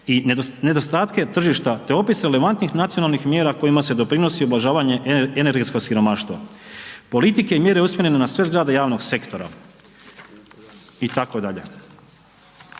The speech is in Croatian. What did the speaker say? i nedostatke tržišta, te opis relevantnih nacionalnih mjera kojima se doprinosi ublažavanje energetskog siromaštva, politike i mjere usmjerene na sve zgrade javnog sektora itd.